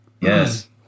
Yes